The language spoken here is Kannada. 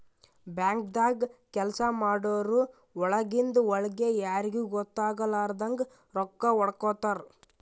ಬ್ಯಾಂಕ್ದಾಗ್ ಕೆಲ್ಸ ಮಾಡೋರು ಒಳಗಿಂದ್ ಒಳ್ಗೆ ಯಾರಿಗೂ ಗೊತ್ತಾಗಲಾರದಂಗ್ ರೊಕ್ಕಾ ಹೊಡ್ಕೋತಾರ್